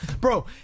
Bro